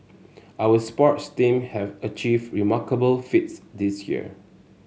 our sports team have achieved remarkable feats this year